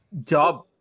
Job